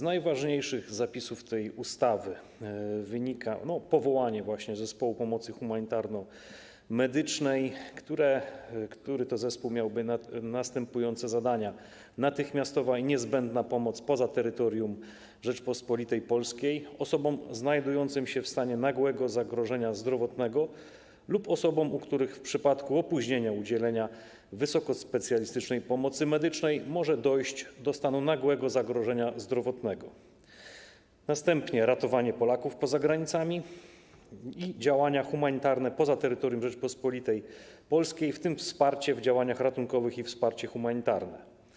Z najważniejszych zapisów tej ustawy wynika powołanie właśnie Zespołu Pomocy Humanitarno-Medycznej, który to zespół miałby następujące zadania: natychmiastowa i niezbędna pomoc poza terytorium Rzeczypospolitej Polskiej osobom znajdującym się w stanie nagłego zagrożenia zdrowotnego lub osobom, u których w przypadku opóźnienia udzielenia wysokospecjalistycznej pomocy medycznej może dojść do stanu nagłego zagrożenia zdrowotnego, ratowanie Polaków poza granicami i działania humanitarne poza terytorium Rzeczypospolitej Polskiej, w tym wsparcie w działaniach ratunkowych i wsparcie humanitarne.